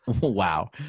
Wow